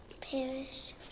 Perish